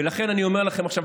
ולכן אני אומר לכם עכשיו,